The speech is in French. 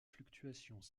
fluctuations